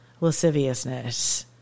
lasciviousness